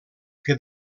que